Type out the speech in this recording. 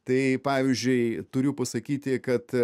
tai pavyzdžiui turiu pasakyti kad